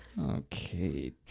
Okay